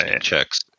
Checks